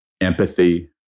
Empathy